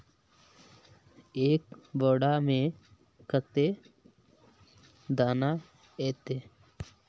एक बोड़ा में कते दाना ऐते?